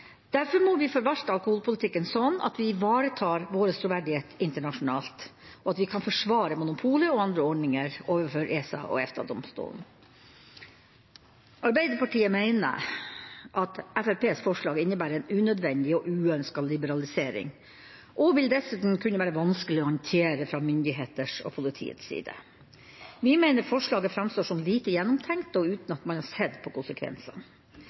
Derfor må vi forvalte alkoholpolitikken slik at vi ivaretar vår troverdighet internasjonalt og kan forsvare monopolet og andre ordninger overfor ESA og EFTA-domstolen. Arbeiderpartiet mener at Fremskrittspartiets forslag innebærer en unødvendig og uønsket liberalisering, og at forslaget dessuten vil kunne være vanskelig å håndtere fra myndighetene og politiets side. Vi mener forslaget framstår som lite gjennomtenkt, uten at man har sett på konsekvensene.